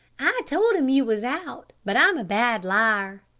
i told im you was out, but i'm a bad liar.